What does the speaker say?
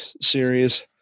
series